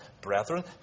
brethren